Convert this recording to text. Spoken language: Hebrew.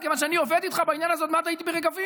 כיוון שאני עובד איתך בעניין הזה עוד מאז הייתי ברגבים.